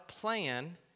plan